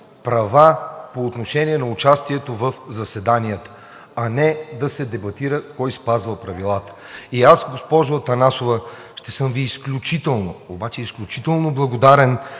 права по отношение на участието в заседанията, а не да се дебатира кой спазвал правилата. И аз, госпожо Атанасова, ще съм Ви изключително, обаче изключително благодарен,